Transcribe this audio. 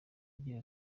agira